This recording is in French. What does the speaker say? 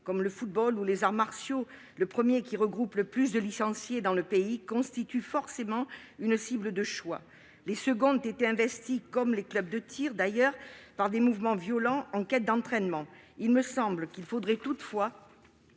comme le football et les arts martiaux. Le premier, sport qui regroupe le plus de licenciés dans le pays, constitue forcément une cible de choix. Les seconds ont été investis, comme les clubs de tir d'ailleurs, par des mouvements violents en quête d'entraînement. Toutefois, il faut faire